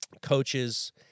coaches –